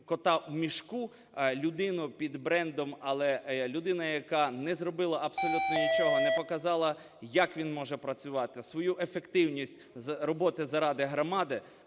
"кота у мішку" – людину під брендом, але людину, яка не зробила абсолютно нічого, не показала, як він може працювати, свою ефективність роботи заради громади,